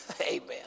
Amen